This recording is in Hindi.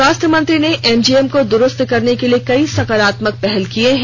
स्वास्थ्य मंत्री ने एमजीएम को द्रुस्त करने के लिए कई सकरात्मक पहल किर्ये हैं